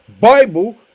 Bible